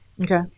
Okay